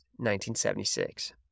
1976